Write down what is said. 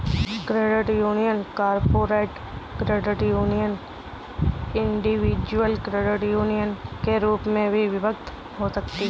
credit union corporate credit union और individual credit union के रूप में विभक्त हो सकती हैं